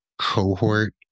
cohort